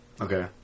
Okay